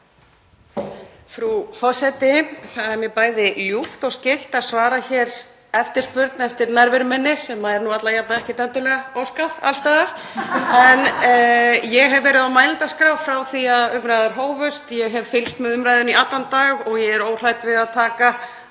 Frú forseti. Það er mér bæði ljúft og skylt að svara hér eftirspurn eftir nærveru minni, sem er nú alla jafna ekkert endilega óskað eftir alls staðar. Ég hef verið á mælendaskrá frá því að umræðan hófst. Ég hef fylgst með umræðunni í allan dag og ég er óhrædd við að taka